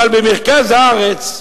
אבל במרכז הארץ,